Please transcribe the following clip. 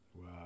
Wow